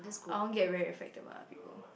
I won't get very affected by other people